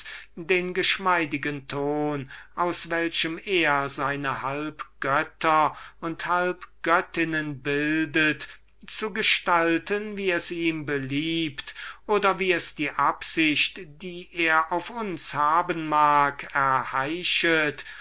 den geschmeidigen ton aus welchem er seine halbgötter und halbgöttinnen bildet zu gestalten wie es ihm beliebt oder wie es die absicht die er auf uns haben mag erheischet